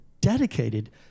dedicated